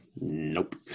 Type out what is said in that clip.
Nope